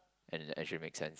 and it actually make sense